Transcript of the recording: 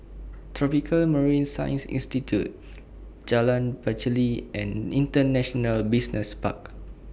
Tropical Marine Science Institute Jalan Pacheli and International Business Park